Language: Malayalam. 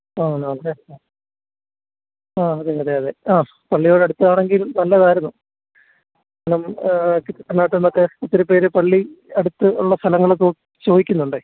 ആണ് ആണല്ലേ ആ അതെ അതെ അതെ ആ പള്ളിയോട് അടുത്ത് ആണെങ്കിൽ നല്ലതായിരുന്നു മറ്റേ ഒത്തിരി പേർ പള്ളി അടുത്ത് ഉള്ള സ്ഥലങ്ങളൊക്കെ ചോദിക്കുന്നുണ്ട്